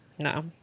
No